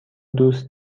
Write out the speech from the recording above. دوست